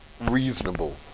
reasonable